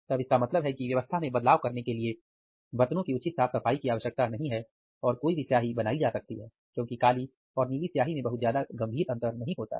तब इसका मतलब है कि व्यवस्था में बदलाव करने के लिए बर्तनों की उचित साफ़ सफ़ाई की आवश्यकता नहीं है और कभी भी स्याही बनाई जा सकती है क्योंकि काली और नीली स्याही में बहुत ज्यादा गंभीर अंतर नहीं होता है